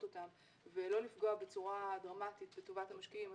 אותן ולא לפגוע בצורה דרמטית בטובת המשקיעים,